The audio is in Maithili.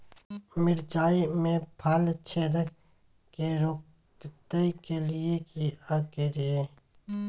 मिर्चाय मे फल छेदक के रोकय के लिये की करियै?